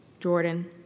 Jordan